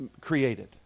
created